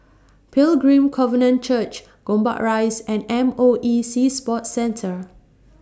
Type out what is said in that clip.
Pilgrim Covenant Church Gombak Rise and M O E Sea Sports Centre